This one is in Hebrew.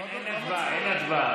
אין הצבעה, אין הצבעה.